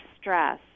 stress